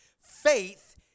Faith